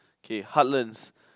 okay heartlands